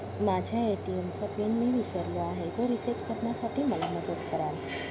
माझ्या ए.टी.एम चा पिन मी विसरलो आहे, तो रिसेट करण्यासाठी मला मदत कराल?